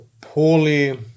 poorly